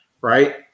right